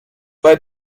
bei